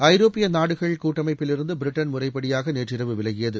ஐரோப்பிய நாடுகள் கூட்டமைப்பிலிருந்து பிரிட்டன் முறைப்படியாக நேற்றிரவு விலகியது